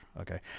okay